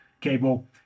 cable